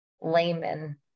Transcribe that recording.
layman